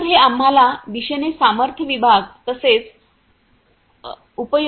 तर हे आम्हाला दिशेने सामर्थ्य विभाग तसेच उपयोग